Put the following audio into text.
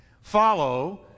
follow